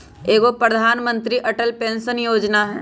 एगो प्रधानमंत्री अटल पेंसन योजना है?